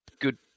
good